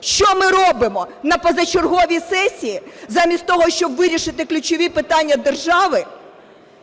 Що ми робимо на позачерговій сесії замість того, щоб вирішити ключові питання держави?